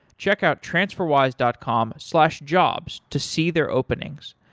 check out transferwise dot com slash jobs to see their openings.